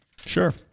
Sure